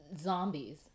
Zombies